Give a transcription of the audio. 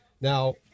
Now